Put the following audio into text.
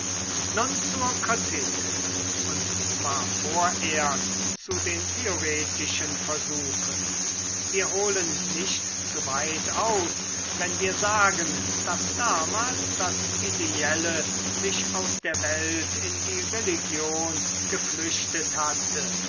nun zur kritik und zwar vorerst zu den theoretischen versuchen wir holen nicht zu weit aus wenn wir sagen daß damals das ideelle sich aus der welt in die religion geflüchtet hatte